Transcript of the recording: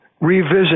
revisit